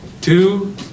Two